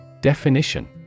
Definition